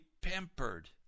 pampered